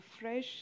fresh